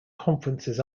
conferences